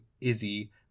izzy